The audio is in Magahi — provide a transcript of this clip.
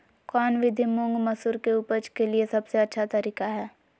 कौन विधि मुंग, मसूर के उपज के लिए सबसे अच्छा तरीका है?